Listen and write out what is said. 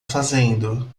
fazendo